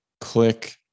click